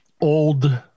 old